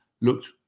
looked